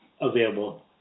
available